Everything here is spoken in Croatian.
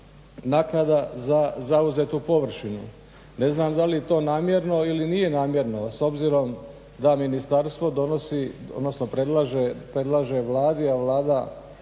naknada za zauzetu površinu. Ne znam da li je to namjerno ili nije namjerno s obzirom da ministarstvo predlaže Vladi, a Vlada